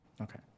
Okay